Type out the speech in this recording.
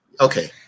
Okay